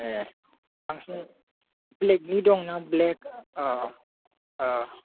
ए बांसिन ब्लेकनि दंना ब्लेक